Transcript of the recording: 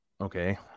okay